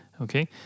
Okay